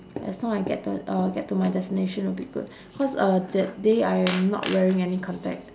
as long I get to uh get to my destination will be good cause uh that day I'm not wearing any contact